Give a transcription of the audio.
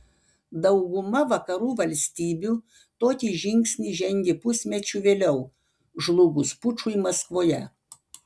dauguma vakarų valstybių tokį žingsnį žengė pusmečiu vėliau žlugus pučui maskvoje